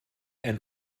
ein